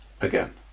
Again